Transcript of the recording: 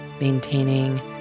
maintaining